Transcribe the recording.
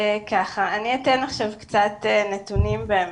אתן קצת נתונים.